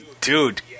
Dude